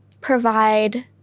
provide